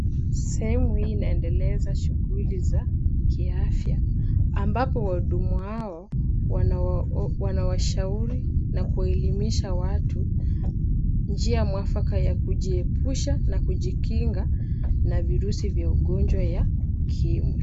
Sehemu hii inaendeleza shughuli za kiafya ambapo wahudumu hao wanawashauri na kuwaelimisha watu njia mwafaka ya kujiepusha na kujikinga na virusi vya ugonjwa ya ukimwi.